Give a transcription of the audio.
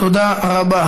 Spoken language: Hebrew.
תודה רבה.